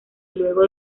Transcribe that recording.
luego